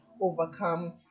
overcome